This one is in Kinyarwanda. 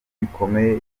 bikomeye